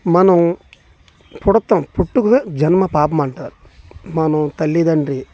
మనం పుడతాము పుట్టుకే జన్మ పాపం అంటారు మనం తల్లి దండ్రి